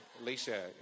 Alicia